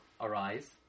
arise